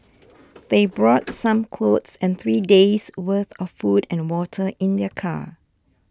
they brought some clothes and three days' worth of food and water in their car